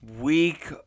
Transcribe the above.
week